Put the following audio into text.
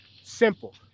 Simple